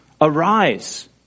Arise